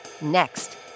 Next